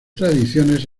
tradiciones